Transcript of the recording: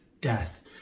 death